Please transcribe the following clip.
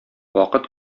вакыт